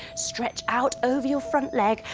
stretch out over your front leg,